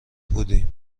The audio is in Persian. بودیم